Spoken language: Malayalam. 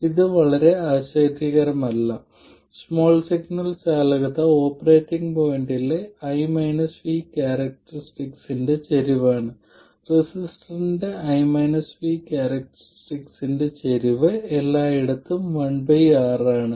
ഇത് വളരെ ആശ്ചര്യകരമല്ല സ്മാൾ സിഗ്നൽ ചാലകത ഓപ്പറേറ്റിംഗ് പോയിന്റിലെ I V കാരക്ടറിസ്റ്റിക്സിന്റെ ചരിവാണ് റെസിസ്റ്ററിന്റെ I V കാരക്ടറിസ്റ്റിക്സിന്റെ ചരിവ് എല്ലായിടത്തും 1R ആണ്